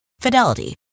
Fidelity